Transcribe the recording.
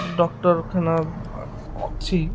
ଡକ୍ଟରଖାନା ଅଛି